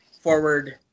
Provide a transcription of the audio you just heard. forward